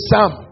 Sam